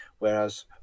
Whereas